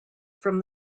from